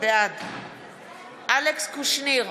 בעד אלכס קושניר,